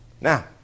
Now